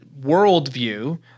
worldview